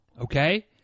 okay